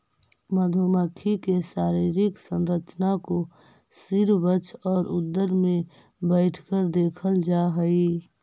मधुमक्खी के शारीरिक संरचना को सिर वक्ष और उदर में बैठकर देखल जा हई